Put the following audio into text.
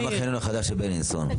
גם החניון החדש שבבילינסון.